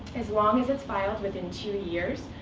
as long as it's filed within two years,